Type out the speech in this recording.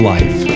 Life